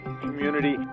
community